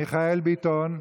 מיכאל ביטון.